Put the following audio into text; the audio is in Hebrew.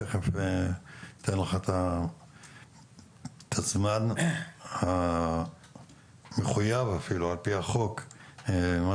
תיכף ניתן לך את הזמן המחויב אפילו על פי החוק ועל פי הנוהל,